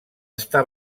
està